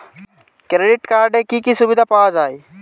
Credit কার্ডের কি কি সুবিধা পাওয়া যায়?